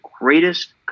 greatest